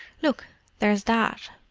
look there's dad!